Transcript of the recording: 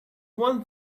one